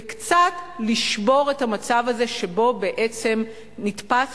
וקצת לשבור את המצב הזה שבו בעצם נתפס